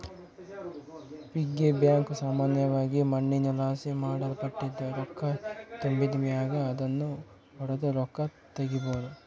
piggy bank ಸಾಮಾನ್ಯವಾಗಿ ಮಣ್ಣಿನಲಾಸಿ ಮಾಡಲ್ಪಟ್ಟಿದ್ದು, ರೊಕ್ಕ ತುಂಬಿದ್ ಮ್ಯಾಗ ಅದುನ್ನು ಒಡುದು ರೊಕ್ಕ ತಗೀಬೋದು